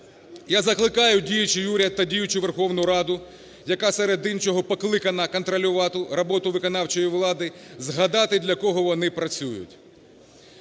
Я закликаю діючий уряд та діючу Верховну Раду, яка серед іншого покликана контролювати роботу виконавчої влади, згадати, для кого вони працюють.